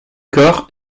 corps